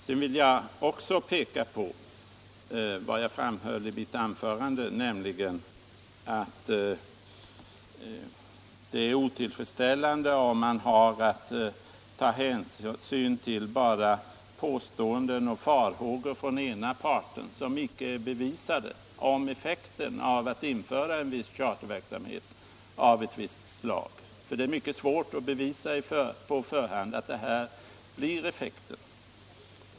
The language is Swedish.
Sedan vill jag också erinra om vad jag framhöll i mitt anförande, nämligen att det är otillfredsställande om man har att ta hänsyn till bara påståenden och farhågor från den ena parten, som icke är bevisade, om effekten av charterverksamhet på den ordinarie flygverksamheten, eftersom det är mycket svårt att på förhand bevisa sådana effekter.